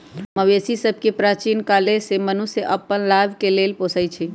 मवेशि सभके प्राचीन काले से मनुष्य अप्पन लाभ के लेल पोसइ छै